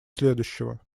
следующего